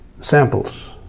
samples